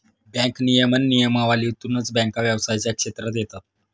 bank नियमन नियमावलीतूनच बँका व्यवसायाच्या क्षेत्रात येतात